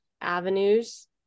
avenues